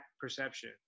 perception